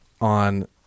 on